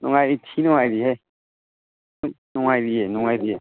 ꯅꯨꯡꯉꯥꯏꯔꯤ ꯊꯤ ꯅꯨꯡꯉꯥꯏꯔꯤꯍꯦ ꯅꯨꯡꯉꯥꯏꯔꯤꯌꯦ ꯅꯨꯡꯉꯥꯏꯔꯤꯌꯦ